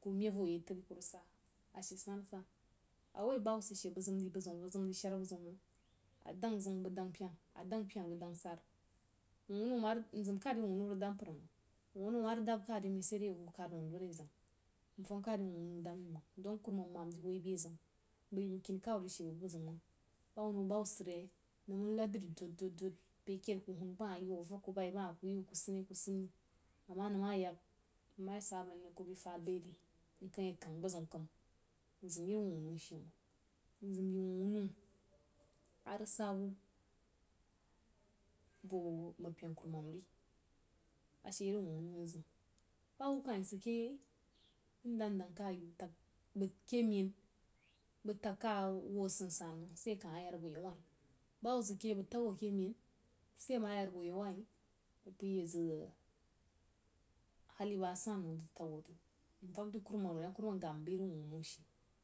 ku memb voh yei tri ku rig ba, ashe san-sana awoi bahubba sid she nzim di bəg ziu məng, bəg zim ri shaar bəg-ziu məng, adəng pyena bəg dəng saar, wuh wunno mzím kan re wuh-wunno a rig dab mpər məng wuh wunno ama rig dab ka de mai, sai dai yi bəg-ku kad wando naiziu nfam ka de wuh wuno dab mai məng, don kurmam mam hoo yi baī zəng, bai bəg kini kawu ri she bəg ziu məng ba wunno bahubba sid yei nəng mən nad dri dod-dod, beh keid kuh huna baha yi wuh, ku senne-kusane amah kuh huna baha yi wuh, ku sane-kusane amah nəng ma yak nma ya sa banni rig ku bai fad bai ri nkəng ye kəng bəg ziu kəm mzium iri wuh-wunno she məngi mzím de wuh-wunno a rig ba bu boo mpain kurmam ri ashe in wuh-wuno anzəm bahubba kah yi sid ke yei inda ndəng kuh nyi bəg tag ke meín, bəg təg a wu a san-san məng sai amah yn rig boo yau wah ri bahubba sid ke yei bəg təg wuh ke mein sai ama ya rig boo yau wahri bəg peí yi zəg hali bəg a san məng təg wuh ei mvak de kurumam ri a ku gabba mai bəg iri wah wunno she.